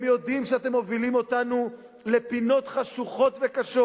הם יודעים שאתם מובילים אותנו לפינות חשוכות וקשות.